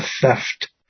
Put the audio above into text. theft